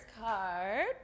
card